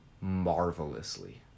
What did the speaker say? marvelously